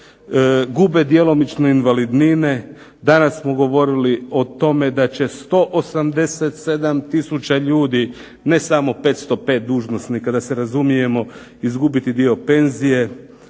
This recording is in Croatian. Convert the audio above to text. gube djelomične invalidnine. Danas smo govorili o tome da će 187 tisuća ljudi, ne samo 505 dužnosnika da se razumijemo, izgubiti dio penzije.